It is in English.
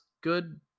good